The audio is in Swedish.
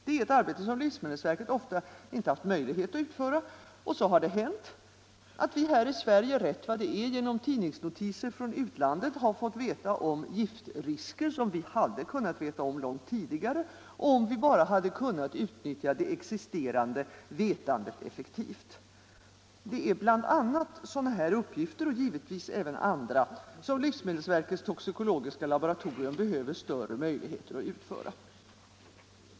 Det är ett arbete som livsmedelsverket ofta inte haft möjlighet att utföra, och så har det hänt att vi i Sverige rätt vad det är genom tidningsnotiser från utlandet blivit medvetna om giftrisker, som vi hade kunnat veta om långt tidigare, ifall vi bara kunnat utnyttja det existerande vetandet effektivt. Det är bl.a. sådana uppgifter som livs medelsverkets toxikologiska laboratorium behöver större möjligheter att utföra.